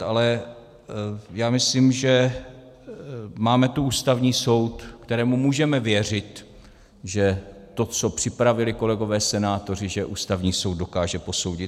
Ale já myslím, že tu máme Ústavní soud, kterému můžeme věřit, že to, co připravili kolegové senátoři, Ústavní soud dokáže posoudit.